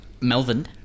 Melvin